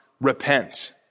repent